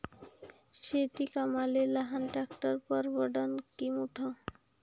शेती कामाले लहान ट्रॅक्टर परवडीनं की मोठं?